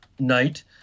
night